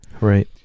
Right